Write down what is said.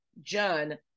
John